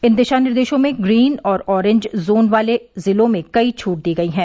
इन दिशा निर्देशों में ग्रीन और अॅरेंज जोन वाले जिलों में कई छूट दी गई हैं